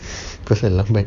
cause lambat